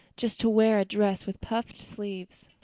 just to wear a dress with puffed sleeves.